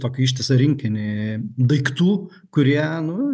tokį ištisą rinkinį daiktų kurie nu